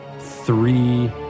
three